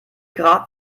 grad